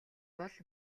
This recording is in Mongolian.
бол